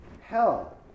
hell